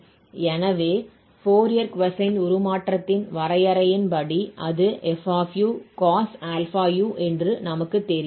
எனவே Fourier cosine உருமாற்றத்தின் வரையறையின்படி அது f cos αu என்று நமக்குத் தெரியும்